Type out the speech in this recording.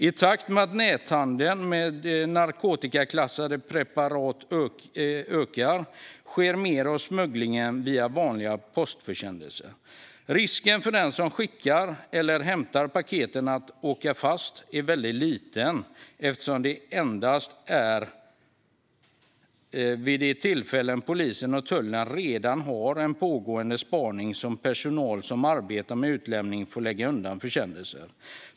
I takt med att näthandeln med narkotikaklassade preparat ökar sker mer av smugglingen via vanliga postförsändelser. Risken för den som skickar eller hämtar paketen att åka fast är väldigt liten eftersom det endast är vid de tillfällen polisen och tullen redan har en pågående spaning som personal som arbetar med utlämning får lägga undan försändelser.